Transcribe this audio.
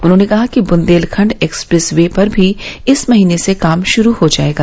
उन्होंने कहा कि बुंदेलखंड एक्सप्रेस वे पर भी इस महीने से काम शुरू हो जाएगा